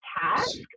task